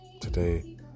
Today